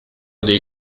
dei